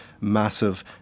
massive